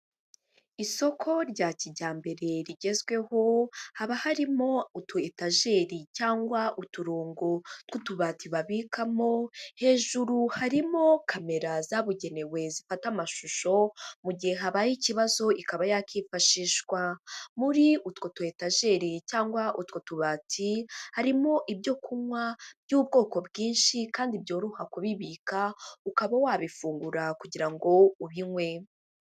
Isoko rya kijyambere rigezweho haba harimo utu etageri cyangwa uturongo tw'utubati babikamo, hejuru harimo kamera zabugenewe zifata amashusho mu gihe habaye ikibazo ikaba yakwifashishwa. Muri utwo tu etajeri cyangwa utwo tubati harimo ibyo kunywa by'ubwoko bwinshi kandi byoroha kubibika ukaba wabifungura kugira ngo ubinywe.